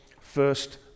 first